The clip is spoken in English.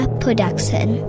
production